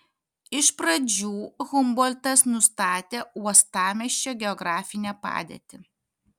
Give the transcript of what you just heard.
iš pradžių humboltas nustatė uostamiesčio geografinę padėtį